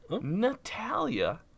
Natalia